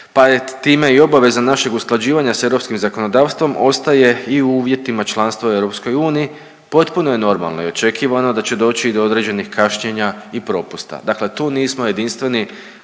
pa je time i obaveza našeg usklađivanja s europskim zakonodavstvom ostaje i u uvjetima članstva u EU potpuno je normalno i očekivano da će doći i do određenih kašnjenja i propusta. Dakle, tu nismo jedinstveni